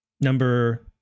number